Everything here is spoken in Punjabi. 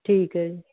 ਠੀਕ ਹੈ ਜੀ